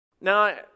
Now